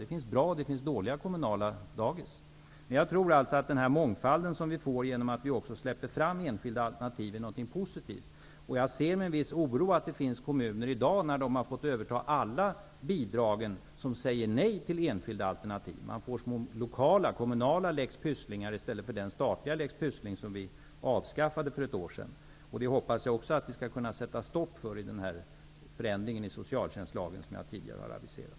Det finns bra och det finns dåliga kommunala dagis. Den mångfald som kommer sig av att man släpper fram enskilda alternativ är någonting som är positivt. Jag ser med en viss oro att det finns kommuner i dag som, när de har fått överta alla bidrag, säger nej till enskilda alternativ. Det blir alltså små lokala, kommunala lex Pysslingar i stället för den statliga lex Pysslingen som vi avskaffade för ett år sedan. Det hoppas jag att man skall kunna sätta stopp för genom den förändring i socialtjänstlagen som jag tidigare har aviserat.